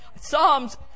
Psalms